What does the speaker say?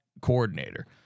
coordinator